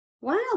Wow